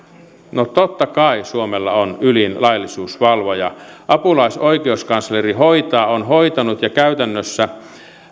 no totta kai suomella on ylin laillisuusvalvoja apulaisoikeuskansleri hoitaa on hoitanut ja käytännössä